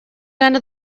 down